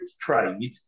trade